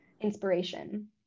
inspiration